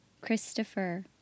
Christopher